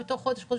בתוך חודש,